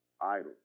idle